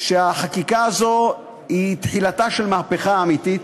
שהחקיקה הזאת היא תחילתה של מהפכה אמיתית.